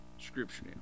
scripture